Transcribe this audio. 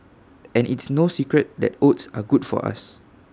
and it's no secret that oats are good for us